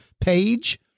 page